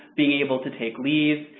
being able to take leave,